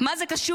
מה זה קשור?